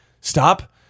stop